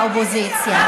האופוזיציה.